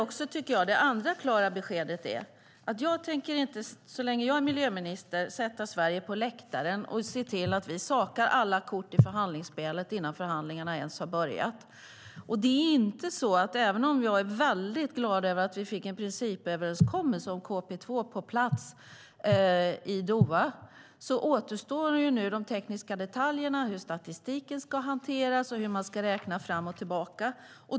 Det andra klara beskedet är att så länge jag är miljöminister tänker jag inte sätta Sverige på läktaren och saka alla kort i förhandlingsspelet innan förhandlingarna ens har börjat. Även om jag är glad över att vi fick en principöverenskommelse om KP2 på plats i Doha återstår de tekniska detaljerna, hur statistiken ska hanteras och hur man ska räkna fram och tillbaka.